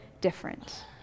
different